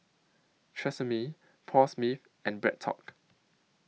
Tresemme Paul Smith and BreadTalk